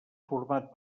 format